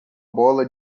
bola